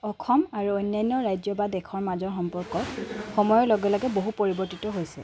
অসম আৰু অন্যান্য ৰাজ্য বা দেশৰ মাজৰ সম্পৰ্ক সময়ৰ লগে লগে বহু পৰিৱৰ্তিত হৈছে